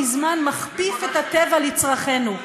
מבית היוצר שלכם יוצא הכול.